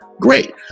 Great